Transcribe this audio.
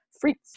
freaks